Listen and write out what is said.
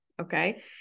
okay